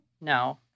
No